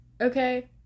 Okay